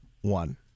one